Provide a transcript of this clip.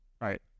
right